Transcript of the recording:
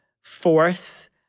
force